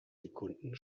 sekunden